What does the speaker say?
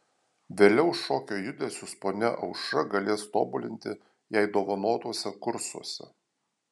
vėliau šokio judesius ponia aušra galės tobulinti jai dovanotuose kursuose